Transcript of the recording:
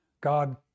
God